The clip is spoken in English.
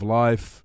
life